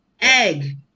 Egg